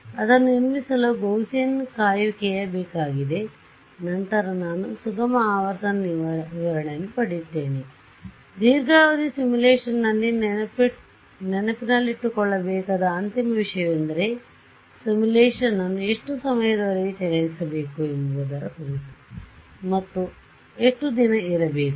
ಅದನ್ನು ನಿರ್ಮಿಸಲು ಗೌಸಿಯನ್ ಕಾಯುವಿಕೆಯ ಬೇಕಾಗಿದೆ ನಂತರ ನಾನು ಸುಗಮ ಆವರ್ತನ ವಿತರಣೆಯನ್ನು ಪಡೆಯುತ್ತೇನೆ ಆದ್ದರಿಂದ ಧೀರ್ಘಾವಧಿ ಸಿಮ್ಯುಲೇಶನ್ನಲ್ಲಿ ನೆನಪಿನಲ್ಲಿಟ್ಟುಕೊಳ್ಳಬೇಕಾದ ಅಂತಿಮ ವಿಷಯವೆಂದರೆ ಸಿಮ್ಯುಲೇಶನ್ ಅನ್ನು ಎಷ್ಟು ಸಮಯದವರೆಗೆ ಚಲಾಯಿಸಬೇಕು ಎಂಬುದರ ಕುರಿತು ಮತ್ತು ಎಷ್ಟು ದಿನ ಇರಬೇಕು